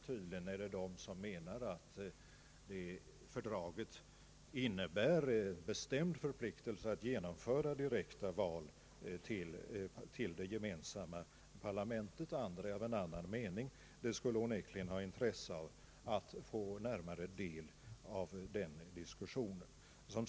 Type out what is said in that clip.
Tydligen finns det stater som menar att fördraget innebär en bestämd förpliktelse att genomföra direkta val till det gemensamma parlamentet, medan andra stater är av annan mening. Det skulle onekligen vara av intresse att få närmare del av den diskussionen.